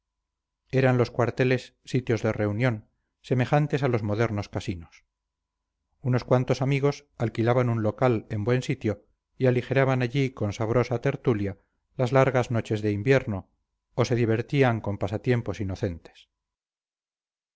eran los cuarteles sitios de reunión semejantes a los modernos casinos unos cuantos amigos alquilaban un local en buen sitio y aligeraban allí con sabrosa tertulia las largas noches de invierno o se divertían con pasatiempos inocentes